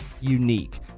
unique